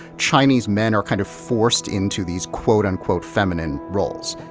chinese men are kind of forced into these quote-unquote feminine roles.